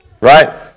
right